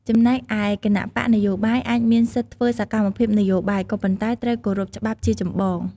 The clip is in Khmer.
ចំណែកឯគណបក្សនយោបាយអាចមានសិទ្ធិធ្វើសកម្មភាពនយោបាយ ក៏ប៉ុន្តែត្រូវគោរពច្បាប់ជាចម្បង។